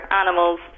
animals